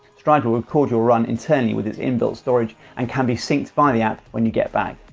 stryd will record your run internally with its inbuilt storage and can be synced via the app when you get back,